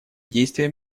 действия